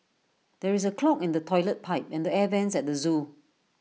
there is A clog in the Toilet Pipe and the air Vents at the Zoo